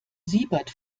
siebert